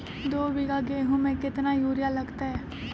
दो बीघा गेंहू में केतना यूरिया लगतै?